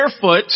barefoot